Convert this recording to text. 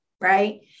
right